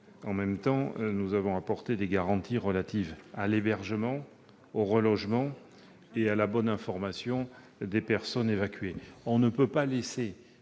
que nous avons apporté des garanties relatives à l'hébergement, au relogement et à la bonne information des personnes évacuées.